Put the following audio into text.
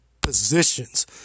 positions